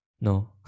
No